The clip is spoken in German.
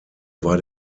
war